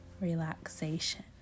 relaxation